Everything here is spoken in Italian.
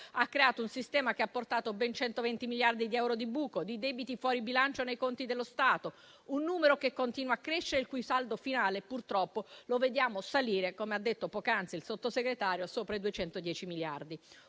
ha creato un sistema che ha portato ben 120 miliardi di euro di buco, di debiti fuori bilancio nei conti dello Stato, un numero che continua a crescere ed il cui saldo finale, purtroppo, vediamo salire, come ha detto poc'anzi il sottosegretario Freni, sopra i 210 miliardi.